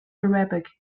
arabic